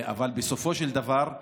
אבל בסופו של דבר,